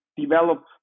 develop